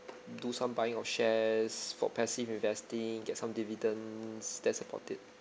do some buying of shares for passive investing get some dividends that's about it